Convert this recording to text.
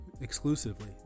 exclusively